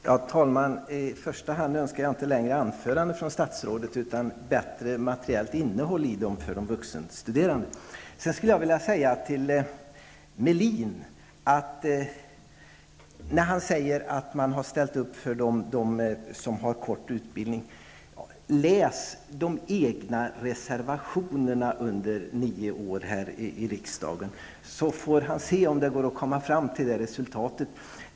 Herr talman! Jag önskar i första hand inte längre anföranden från statsrådet utan bättre materiellt innehåll för de vuxenstuderandes del. Ulf Melin säger att moderaterna har ställt upp för dem som har kort utbildning. Jag vill uppmana honom att läsa de egna reservationerna som lämnats under nio år här i riksdagen, så får han se om det går att komma fram till det resultatet.